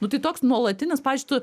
nu tai toks nuolatinis pavyzdžiui tu